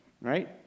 right